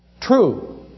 True